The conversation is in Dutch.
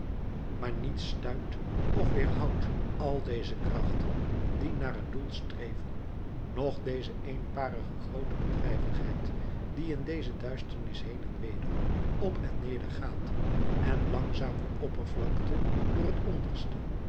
maar niets stuit of weerhoudt al deze krachten die naar het doel streven noch deze eenparige groote bedrijvigheid die in deze duisternis heen en weder op en neder gaat en langzaam de oppervlakte door het onderste